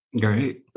Great